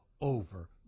over